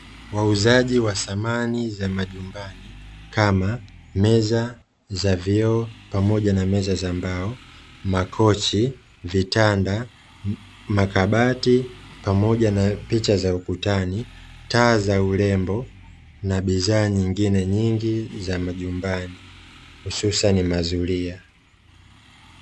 Wauzaji wa samani za majumbani kama meza za vioo pamoja na meza za mbao, makochi, vitanda, makabati pamoja na picha za ukutani, taa za urembo na bidhaa nyingine nyingi za majumbani hususani mazulia.